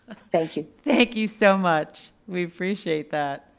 thank you. thank you so much. we appreciate that.